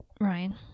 Ryan